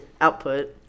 output